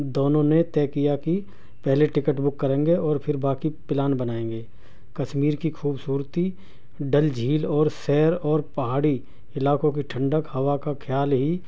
دونوں نے طے کیا کہ پہلے ٹکٹ بک کریں گے اور پھر باقی پلان بنائیں گے کشمیر کی خوبصورتی ڈل جھیل اور سیر اور پہاڑی علاقوں کی ٹھنڈک ہوا کا خیال ہی